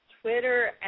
Twitter